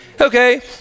Okay